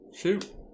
shoot